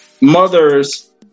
mother's